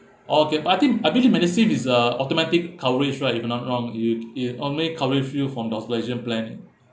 okay but I think I think the MediSave is a automatic coverage right if not wrong it it only coverage you from doctor and such plan